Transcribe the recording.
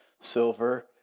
silver